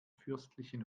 fürstlichen